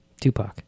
Tupac